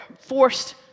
forced